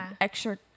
extra